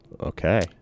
Okay